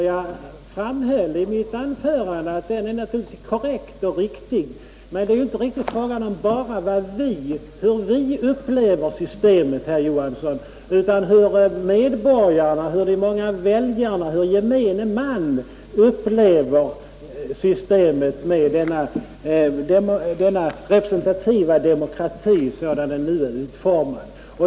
Jag framhöll i mitt anförande att den representativa demokratin naturligtvis är korrekt och riktig, men det är ju inte bara fråga om hur vi upplever systemet, herr Johansson, utan om hur medborgarna — de 24 många väljarna, gemene man — upplever systemet med denna representa tiva demokrati sådan den nu är utformad.